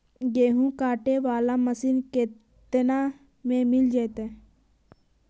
गेहूं काटे बाला मशीन केतना में मिल जइतै?